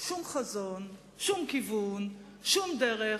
שום חזון, שום כיוון, שום דרך.